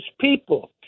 people